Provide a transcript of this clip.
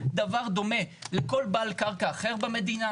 דבר דומה לכל בעל קרקע אחר במדינה?